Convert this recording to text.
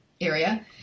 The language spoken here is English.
area